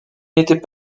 n’étaient